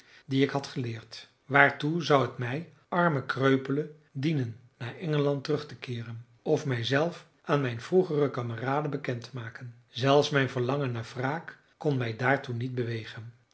die ik had geleerd waartoe zou het mij arme kreupele dienen naar engeland terug te keeren of mij zelf aan mijn vroegere kameraden bekend te maken zelfs mijn verlangen naar wraak kon mij daartoe niet bewegen